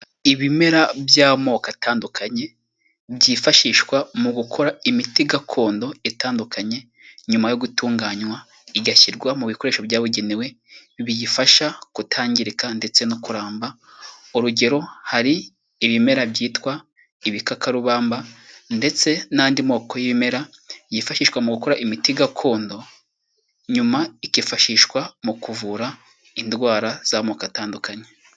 Ibimera by'amoko atandukanye, byifashishwa mu gukora imiti gakondo itandukanye, nyuma yo gutunganywa, igashyirwa mu bikoresho byabugenewe, biyifasha kutangirika ndetse no kuramba, urugero hari ibimera byitwa ibikakarubamba ndetse n'andi moko y'ibimera yifashishwa mu gukora imiti gakondo, nyuma ikifashishwa mu kuvura indwara z'amoko atandukanye.